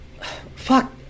fuck